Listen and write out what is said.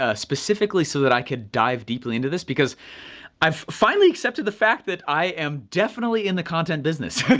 ah specifically so that i could dive deeply into this because i've finally accepted the fact that i am definitely in the content business. okay,